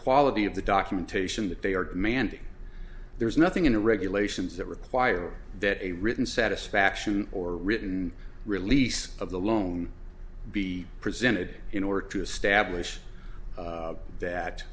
quality of the documentation that they are demanding there's nothing in the regulations that require that a written satisfaction or written release of the loan be presented in order to establish that th